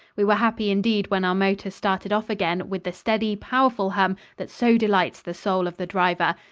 we were happy indeed when our motor started off again with the steady, powerful hum that so delights the soul of the driver,